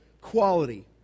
quality